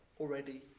already